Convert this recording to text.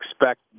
expect